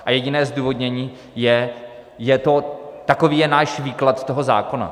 A jediné zdůvodnění je to, takový je náš výklad toho zákona.